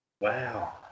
Wow